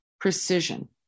precision